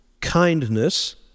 kindness